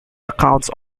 accounts